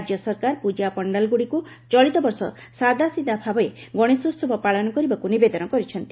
ରାଜ୍ୟ ସରକାର ପୂଜା ପଣ୍ଡାଲଗୁଡ଼ିକୁ ଚଳିତବର୍ଷ ସାଦାସିଧା ଭାବେ ଗଣେଶୋସବ ପାଳନ କରିବାକୁ ନିବେଦନ କରିଛନ୍ତି